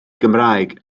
gymraeg